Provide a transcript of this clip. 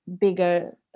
bigger